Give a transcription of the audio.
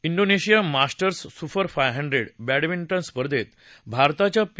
डोनेशिया Masters super five hundred badminton स्पर्धेत भारताच्या P